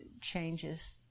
changes